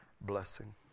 blessing